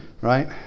Right